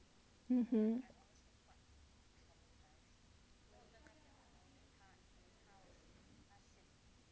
(uh huh)